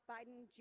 Biden